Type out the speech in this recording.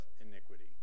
iniquity